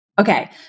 Okay